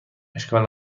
اشکال